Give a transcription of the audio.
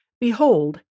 Behold